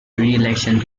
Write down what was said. reelection